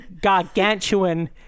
gargantuan